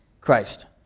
Christ